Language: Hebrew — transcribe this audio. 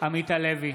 עמית הלוי,